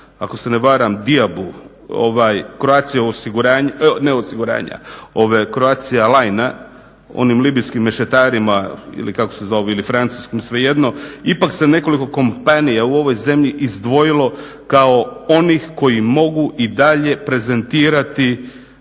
ako se ne varam Diabu, Croatia Line onim libijskim mešetarima ili kako se zovu ili francuskim svejedno, ipak se nekoliko kompanija u ovoj zemlji izdvojilo kao onih koji mogu i dalje prezentirati